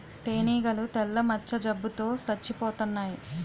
తేనీగలు తెల్ల మచ్చ జబ్బు తో సచ్చిపోతన్నాయి